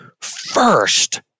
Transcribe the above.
first